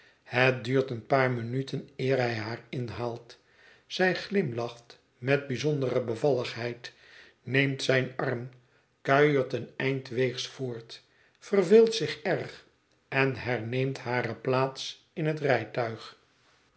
het duurt een paar minuten eer hij haar inhaalt zij glimlacht met bijzondere bevalligheid neemt zijn arm kuiert een eind weegs voort verveelt zich erg en herneemt hare plaats in het rijtuig